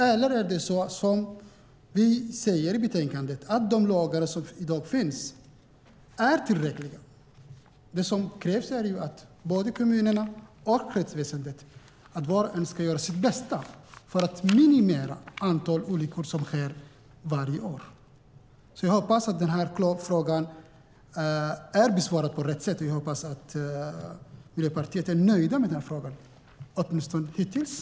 Eller är det så som vi säger i betänkandet att de lagar som i dag finns är tillräckliga och att det som krävs är att kommunerna och rättsväsendet gör sitt bästa för att minimera antalet olyckor som sker varje år? Jag hoppas att frågan är besvarad och att ni i Miljöpartiet är nöjda, åtminstone så här långt.